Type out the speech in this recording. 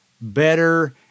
better